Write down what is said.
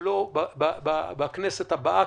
אני לא בכנסת הבאה,